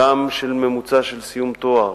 גם של ממוצע של סיום תואר,